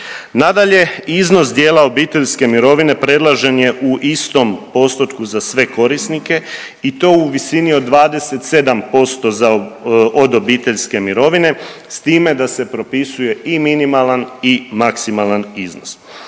Nadalje, iznos dijela obiteljske mirovine predložen je u istom postotku za sve korisnike i to u visini od 27% od obiteljske mirovine s time da se propisuje i minimalan iznos i maksimalan iznos.